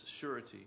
surety